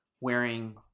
wearing